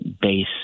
base